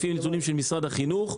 לפי נתונים של משרד החינוך.